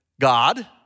God